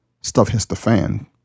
stuff-hits-the-fan